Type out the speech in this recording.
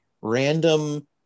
random